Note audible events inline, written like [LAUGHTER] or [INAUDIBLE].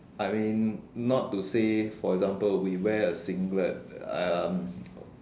I mean not to say for example we wear a singlet um [BREATH]